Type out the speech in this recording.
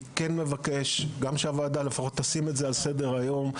אני כן מבקש שהוועדה תשים את זה על סדר היום.